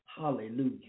Hallelujah